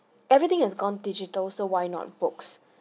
everything has gone digital so why not books